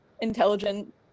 intelligent